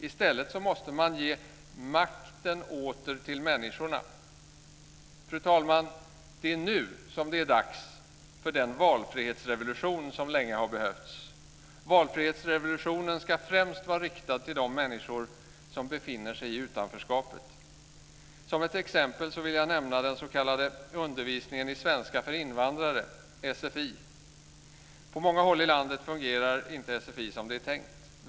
I stället måste man ge makten åter till människorna. Fru talman! Det är nu som det är dags för den valfrihetsrevolution som länge har behövts. Valfrihetsrevolutionen ska främst vara riktad till de människor som befinner sig i utanförskapet. Som ett exempel vill jag nämna den s.k. undervisningen i svenska för invandrare, sfi. På många håll i landet fungerar inte sfi som det är tänkt.